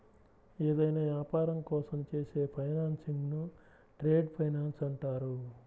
ఏదైనా యాపారం కోసం చేసే ఫైనాన్సింగ్ను ట్రేడ్ ఫైనాన్స్ అంటారు